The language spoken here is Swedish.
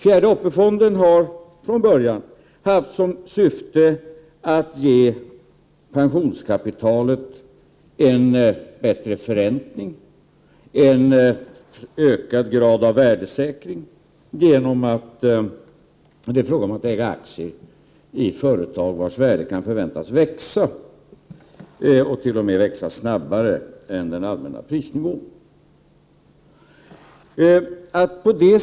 Fjärde AP-fonden har från början haft som syfte att ge pensionskapitalet en bättre förräntning och ökad grad av värdesäkring genom ägande av aktier vars värde kan förväntas växa och t.o.m. växa snabbare än den allmänna prisnivån stiger.